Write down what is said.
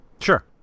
Sure